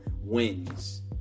wins